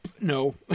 No